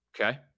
Okay